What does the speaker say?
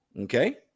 Okay